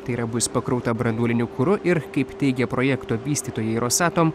tai yra bus pakrauta branduoliniu kuru ir kaip teigia projekto vystytojai rosatom